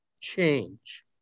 change